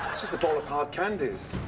just a bowl of hard candies.